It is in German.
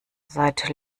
seit